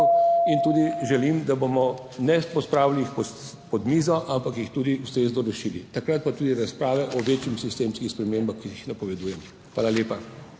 in tudi želim, da bomo ne pospravili pod mizo ampak jih tudi ustrezno rešili. Takrat pa tudi razprave o večjih sistemskih spremembah, ki jih napovedujemo. Hvala lepa.